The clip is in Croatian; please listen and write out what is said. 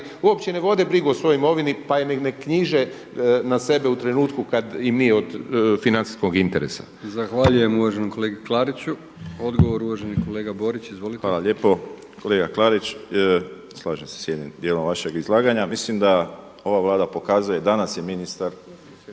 uopće ne vode brigu o svojoj imovini pa je i ne knjiže na sebe u trenutku kada im nije od financijskog interesa. **Brkić, Milijan (HDZ)** Zahvaljujem uvaženom kolegi Klariću. Odgovor uvaženi kolega Borić. Izvolite. **Borić, Josip (HDZ)** Hvala lijepo. Kolega Klarić, slažem se s jednim dijelom vašeg izlaganja. Mislim da ova Vlada pokazuje, danas je ministar